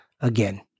again